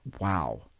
Wow